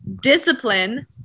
discipline